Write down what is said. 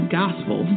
gospel